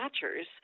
catchers